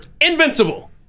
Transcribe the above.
invincible